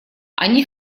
они